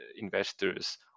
investors